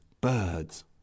birds